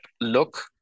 look